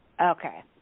Okay